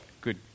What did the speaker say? good